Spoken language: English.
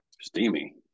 Steamy